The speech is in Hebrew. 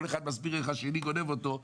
איך כל אחד מסביר איך השני גונב אותו,